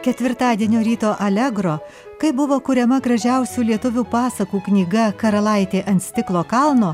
ketvirtadienio ryto allegro kaip buvo kuriama gražiausių lietuvių pasakų knyga karalaitė ant stiklo kalno